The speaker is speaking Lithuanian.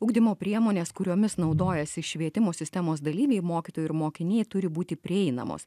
ugdymo priemonės kuriomis naudojasi švietimo sistemos dalyviai mokytojai ir mokiniai turi būti prieinamos